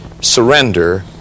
surrender